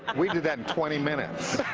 we did that in twenty minutes!